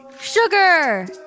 sugar